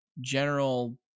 general